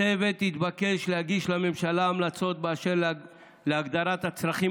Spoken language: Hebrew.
הצוות התבקש להגיש לממשלה המלצות באשר להגדרת הצרכים